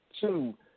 Two